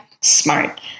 smart